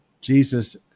Jesus